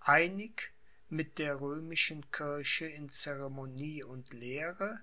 einig mit der römischen kirche in ceremonie und lehre